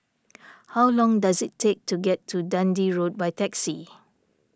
how long does it take to get to Dundee Road by taxi